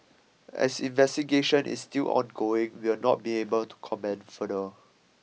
as investigation is still ongoing we will not be able to comment further